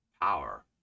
power